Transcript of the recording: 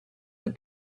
but